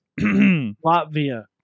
Latvia